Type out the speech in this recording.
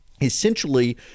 essentially